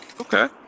Okay